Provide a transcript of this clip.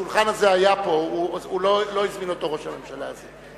השולחן הזה היה פה, לא הזמין אותו ראש הממשלה הזה.